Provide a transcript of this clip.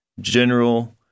general